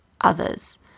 others